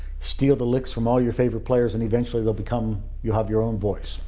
steal the licks from all your favorite players and eventually they'll become, you have your own voice.